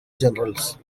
generals